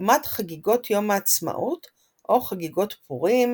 כדוגמת חגיגות יום העצמאות או חגיגות פורים,